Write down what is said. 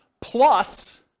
plus